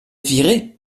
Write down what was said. virer